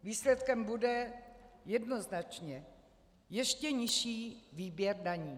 Výsledkem bude jednoznačně ještě nižší výběr daní.